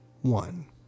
one